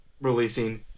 releasing